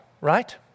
right